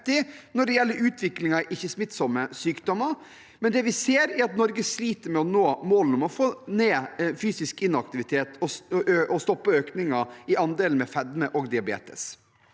når det gjelder utvikling av ikke-smittsomme sykdommer, men det vi ser, er at Norge sliter med å nå målet om å få ned graden av fysisk inaktivitet og å stoppe økningen i andelen med fedme og diabetes.